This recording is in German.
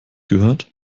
gehört